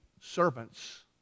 servants